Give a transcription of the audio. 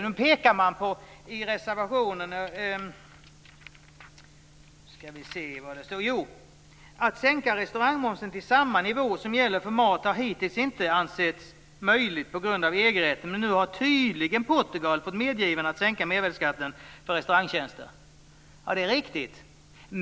Nu säger man följande i reservationen: "Att sänka restaurangmomsen till samma nivå som gäller för mat har hittills inte ansetts möjligt på grund av EG-rätten men nu har tydligen Portugal fått medgivande att sänka mervärdesskatten för restaurangtjänster."